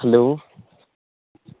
hello